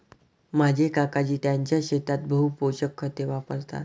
माझे काकाजी त्यांच्या शेतात बहु पोषक खते वापरतात